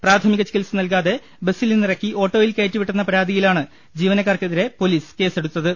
പ്രാഥമിക ചികിത്സ നൽകാതെ ബസ്സിൽ നിന്നിറക്കി ഓട്ടോയിൽ കയറ്റിവിട്ടെന്ന പരാതിയിലാണ് ജീവന ക്കാർക്കെതിരെ പൊലീസ് കേസെടുത്തത്